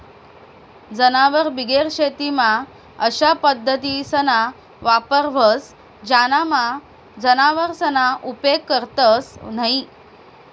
जनावरबिगेर शेतीमा अशा पद्धतीसना वापर व्हस ज्यानामा जनावरसना उपेग करतंस न्हयी